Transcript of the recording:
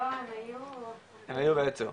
היו ויצאו.